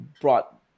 brought